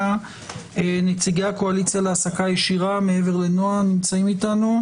נציגי הקואליציה להעסקה ישירה נמצאים אתנו?